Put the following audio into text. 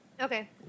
Okay